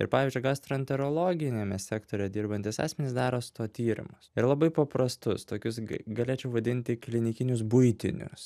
ir pavyzdžiui gastroenterologiniame sektoriuje dirbantys asmenys daro su tuo tyrimus ir labai paprastus tokius galėčiau vadinti klinikinius buitinius